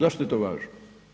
Zašto je to važno?